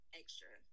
extra